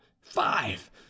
five